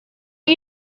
are